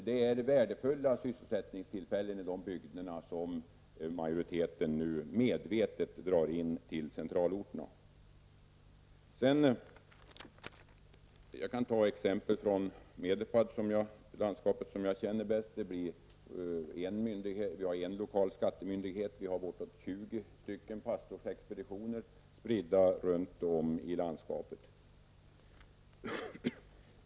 Det är värdefulla sysselsättningstillfällen i dessa bygder som utskottsmajoriteten nu medvetet drar in till centralorten. Jag kan ta exempel från Medelpad, det landskap som jag känner bäst. Där har vi en lokal skattemyndighet och bortåt 20 pastorexpeditioner spridda runt om i landskapet.